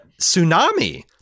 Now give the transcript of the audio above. tsunami